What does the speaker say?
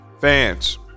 fans